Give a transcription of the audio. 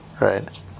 Right